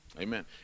Amen